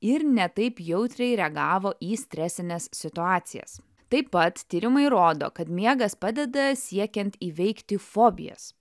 ir ne taip jautriai reagavo į stresines situacijas taip pat tyrimai rodo kad miegas padeda siekiant įveikti fobijas